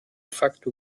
facto